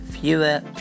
fewer